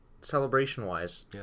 celebration-wise